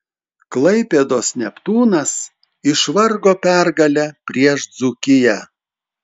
klaipėdos neptūnas išvargo pergalę prieš dzūkiją